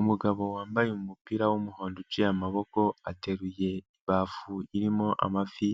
Umugabo wambaye umupira w'umuhondo uciye amaboko, ateruye bavu irimo amafi